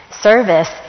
Service